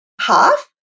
half